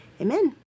amen